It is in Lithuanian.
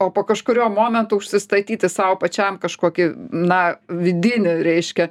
o po kažkurio momento nusistatyti sau pačiam kažkokį na vidinį reiškia